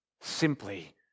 simply